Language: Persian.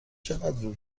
چقدر